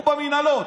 הוא במינהלות.